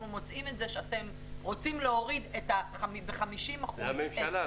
מוצאים את זה שאתם רוצים להוריד ב-50% --- זה הממשלה,